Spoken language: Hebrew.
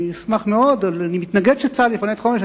אני מתנגד שצה"ל יפנה את חומש.